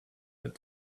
but